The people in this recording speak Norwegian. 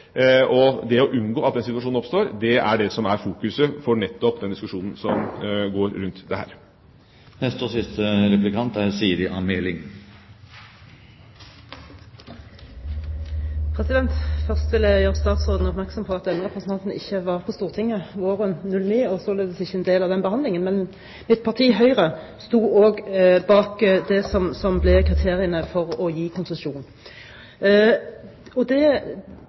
Det å unngå at den situasjonen oppstår, er nettopp det som er viktig i denne diskusjonen som er rundt dette. Først vil jeg gjøre statsråden oppmerksom på at denne representanten ikke var på Stortinget våren 2009. Jeg var således ikke med på den behandlingen, men mitt parti Høyre sto også bak kriteriene for å gi konsesjon. Det stiller vi oss bak. Når situasjonen er den at vi nå på ny har fått en priskrise, hvor strømprisen er veldig høy for befolkningen, industrien og